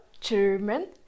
German